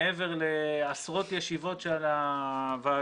מעבר לעשרות ישיבות של הוועדות,